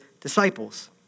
disciples